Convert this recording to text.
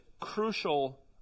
crucial